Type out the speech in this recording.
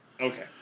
Okay